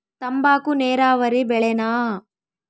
ತಂಬಾಕು ನೇರಾವರಿ ಬೆಳೆನಾ?